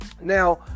Now